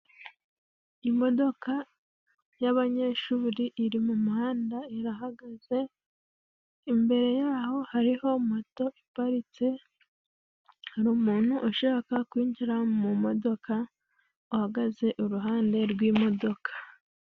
Imodoka y'abanyeshuri iri mu muhanda irahagaze, imbere y'aho hariho moto iparitse, hari umuntu ushaka kwinjira mu modoka, uhagaze iruhande rw'imodoka.